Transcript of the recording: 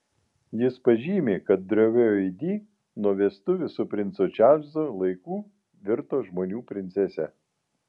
jis pažymi kad drovioji di nuo vestuvių su princu čarlzu laikų virto žmonių princese